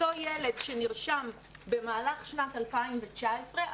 אותו ילד שנרשם במהלך שנת 2019,